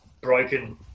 broken